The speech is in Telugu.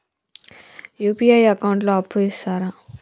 యూ.పీ.ఐ అకౌంట్ లో అప్పు ఇస్తరా?